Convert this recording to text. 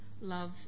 love